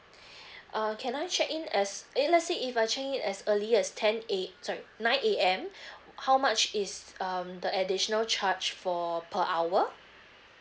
uh can I check in as eh let's say if I check in as early as ten A~ sorry nine A_M how much is um the additional charge for per hour